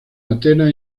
atenas